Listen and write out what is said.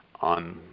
on